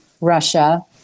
Russia